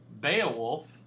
Beowulf